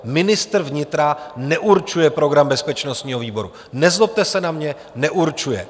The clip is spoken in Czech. Ministr vnitra neurčuje program bezpečnostního výboru nezlobte se na mě, neurčuje.